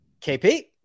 KP